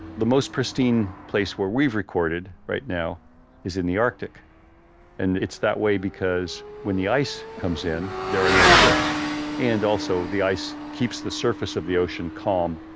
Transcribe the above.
the most pristine place where we've recorded right now is in the arctic and it's that way because when the ice comes in, there are no ships and also, the ice keeps the surface of the ocean calm.